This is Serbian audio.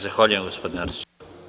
Zahvaljujem se, gospodine Arsiću.